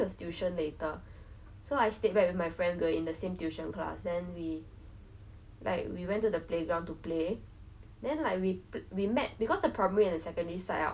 you feel very like you but then like in sec three we also had in the day we did like a gardening which is also not it's like very outdoorsy dirty but then at night we went back to this like hotel